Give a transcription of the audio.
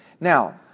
Now